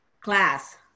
class